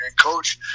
coach